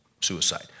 suicide